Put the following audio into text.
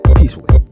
peacefully